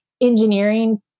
engineering